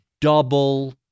double